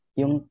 yung